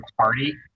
party